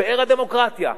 פאר הדמוקרטיה.